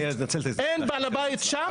אין בעל בית שם,